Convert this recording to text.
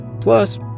Plus